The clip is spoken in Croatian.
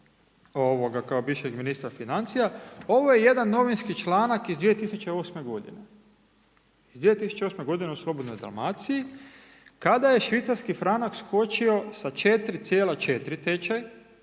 kao bivšeg ministra financija, ovo je jedan novinski članak iz 2008.g., iz 2008.g. u Slobodnoj Dalmaciji kada je švicarski franak skočio sa 4,4 tečaj